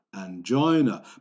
angina